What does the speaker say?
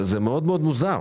זה מאוד מאוד מוזר.